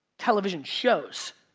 television shows.